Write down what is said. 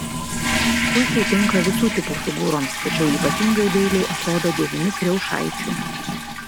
puikiai tinka visų tipų figūroms tačiau ypatingai dailiai atrodo dėvimi kriaušaičių